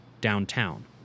downtown